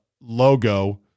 logo